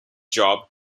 job